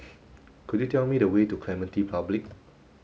could you tell me the way to Clementi Public